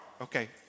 Okay